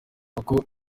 uko